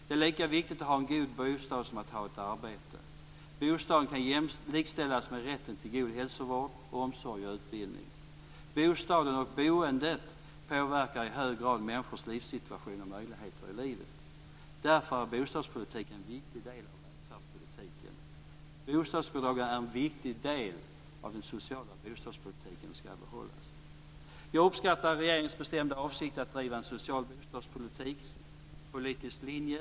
Det är lika viktigt att ha en god bostad som att ha ett arbete. Bostaden kan likställas med rätten till god hälsovård, omsorg och utbildning. Bostaden och boendet påverkar i hög grad människors livssituation och möjligheter i livet. Därför är bostadspolitiken en viktig del av välfärdspolitiken. Bostadsbidragen är en viktig del av den sociala bostadspolitiken och ska behållas. Jag uppskattar regeringens bestämda avsikt att driva en social bostadspolitisk linje.